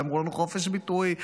והם אמרו לנו: חופש ביטוי,